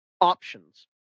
options